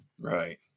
Right